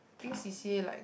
think C_C_A like